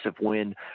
win